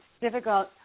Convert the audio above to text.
difficult